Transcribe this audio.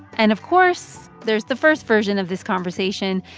and of course, there's the first version of this conversation,